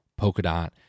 Polkadot